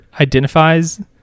identifies